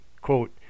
quote